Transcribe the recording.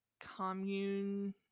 commune